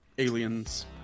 Aliens